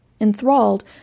Enthralled